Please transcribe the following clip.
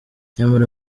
nyamara